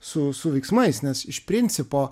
su su veiksmais nes iš principo